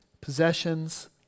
possessions